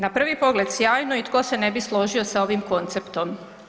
Na prvi pogled sjajno i tko se ne bi složio sa ovim konceptom.